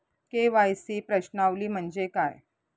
KYC प्रश्नावली म्हणजे काय?